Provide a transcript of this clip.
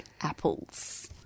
Apples